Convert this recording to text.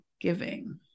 giving